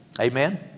Amen